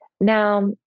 Now